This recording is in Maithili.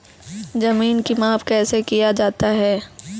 जमीन की माप कैसे किया जाता हैं?